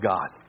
God